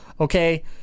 Okay